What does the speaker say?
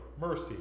mercy